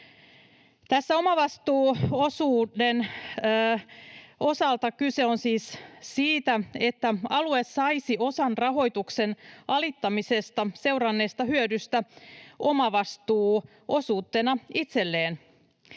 kyse omavastuuosuuden osalta siitä, että alue saisi osan rahoituksen alittamisesta seuranneesta hyödystä omavastuuosuutena itselleen,